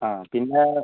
ആ പിന്നെ